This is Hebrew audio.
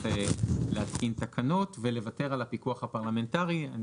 להתקין תקנות ולוותר על הפיקוח הפרלמנטרי.